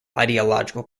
ideological